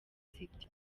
city